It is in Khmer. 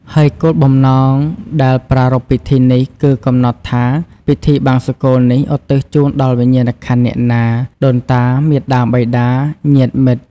ហើយគោលបំណងដែលប្រារព្វពិធីនេះ គឺ កំណត់ថាពិធីបង្សុកូលនេះឧទ្ទិសជូនដល់វិញ្ញាណក្ខន្ធអ្នកណា ដូនតា មាតាបិតា ញាតិមិត្ត។